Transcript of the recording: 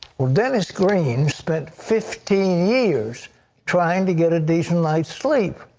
dennis green spent fifteen years trying to get a decent nights sleep.